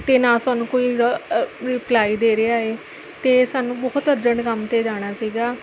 ਅਤੇ ਨਾ ਸਾਨੂੰ ਕੋਈ ਰਿਪਲਾਈ ਦੇ ਰਿਹਾ ਏ ਅਤੇ ਸਾਨੂੰ ਬਹੁਤ ਅਰਜੈਂਟ ਕੰਮ 'ਤੇ ਜਾਣਾ ਸੀਗਾ